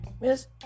Miss